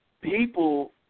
people